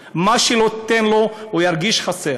האימא, מה שהיא לא תיתן לו, הוא ירגיש חסר.